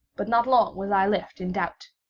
but not long was i left in doubt.